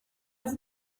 vous